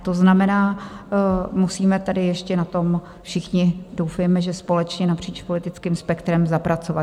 To znamená, musíme tedy ještě na tom všichni, doufejme, že společně, napříč politickým spektrem, zapracovat.